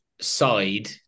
side